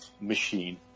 machine